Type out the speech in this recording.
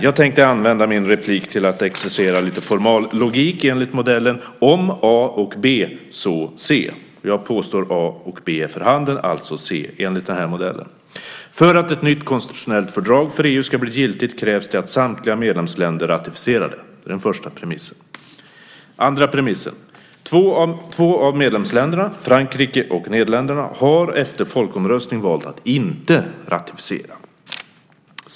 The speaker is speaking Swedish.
Jag tänkte använda min replik till att exercera lite formallogik enligt denna modell: Om A och B, så C. Jag påstår att A och B är förhanden, och alltså C, enligt denna modell. För att ett nytt konstitutionellt fördrag för EU ska bli giltigt krävs det att samtliga medlemsländer ratificerar det. Det är den första premissen. Den andra premissen: Två av medlemsländerna, Frankrike och Nederländerna, har efter folkomröstning valt att inte ratificera.